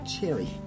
cherry